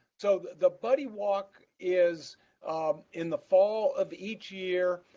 so the buddy walk is um in the fall of each year,